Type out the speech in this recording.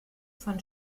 von